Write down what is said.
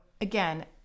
again